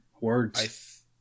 Words